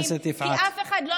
תודה רבה לך, חברת הכנסת יפעת.